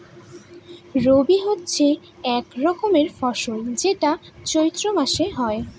রবি হচ্ছে এক রকমের ফসল যেটা চৈত্র মাসে হয়